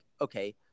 okay